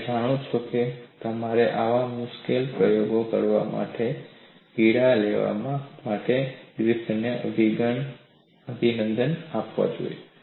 તમે જાણો છો કે તમારે આવા મુશ્કેલ પ્રયોગો કરવા માટે પીડા લેવા માટે ગ્રિફિથને અભિનંદન આપવા પડશે